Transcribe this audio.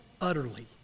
utterly